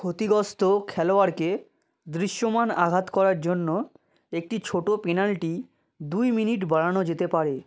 ক্ষতিগ্রস্ত খেলোয়াড়কে দৃশ্যমান আঘাত করার জন্য একটি ছোটো পেনাল্টি দুই মিনিট বাড়ানো যেতে পারে